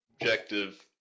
objective